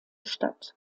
stadt